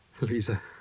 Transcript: Lisa